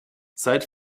seit